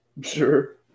Sure